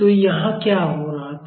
तो यहाँ क्या हो रहा था